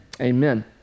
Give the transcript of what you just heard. amen